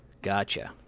Gotcha